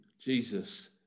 Jesus